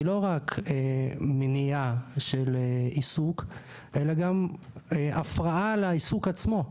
לא רק מניעה של עיסוק אלא גם הפרעה לעיסוק עצמו.